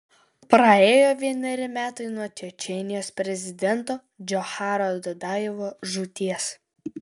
praėjo vieneri metai nuo čečėnijos prezidento džocharo dudajevo žūties